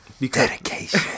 Dedication